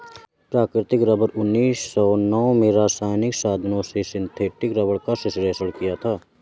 प्राकृतिक रबर उन्नीस सौ नौ में रासायनिक साधनों से सिंथेटिक रबर का संश्लेषण हुआ